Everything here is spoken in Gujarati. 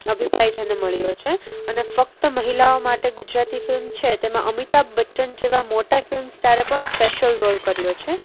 અભિપ્રાય જેને મળ્યો છે અને ફક્ત મહિલાઓ માટે ગુજરાતી ફિલ્મ છે તેમાં અમિતાભ બચ્ચન જેવા મોટા ફિલ્મ સ્ટારે પણ સ્પેશલ રોલ કર્યો છે